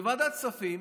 בוועדת הכספים